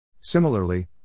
Similarly